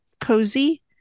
cozy